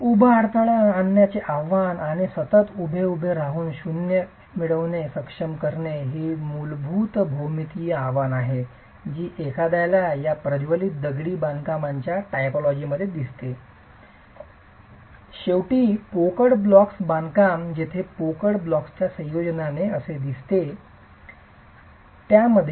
उभ्या अडथळा आणण्याचे आव्हान आणि सतत उभे उभे शून्य मिळविणे सक्षम करणे ही मूलभूत भौमितीय आव्हान आहे जी एखाद्याला या प्रज्वलित दगडी बांधकामांच्या टायपोलॉजिजमध्ये असते आणि शेवटी पोकळ ब्लॉक बांधकाम जेथे पोकळ ब्लॉकच्या संयोजनाने येथे दिसते तसेच आहे